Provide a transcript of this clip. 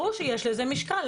ברור שיש לזה משקל.